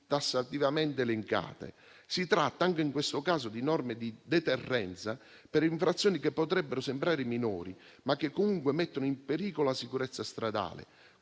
tassativamente elencate. Si tratta anche in questo caso di norme di deterrenza per infrazioni che potrebbero sembrare minori, ma che comunque mettono in pericolo la sicurezza stradale,